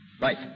Right